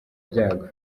byago